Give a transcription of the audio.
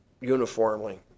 uniformly